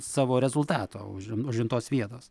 savo rezultato užim užimtos vietos